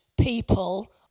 people